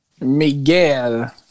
Miguel